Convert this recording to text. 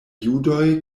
judoj